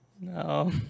No